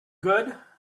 good